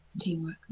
teamwork